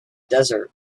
desert